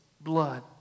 blood